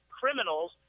criminals